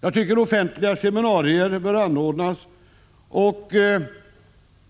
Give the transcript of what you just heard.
Jag tycker att offentliga seminarier bör anordnas.